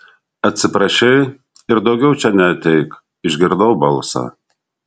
atsiprašei ir daugiau čia neateik išgirdau balsą